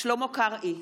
שלמה קרעי,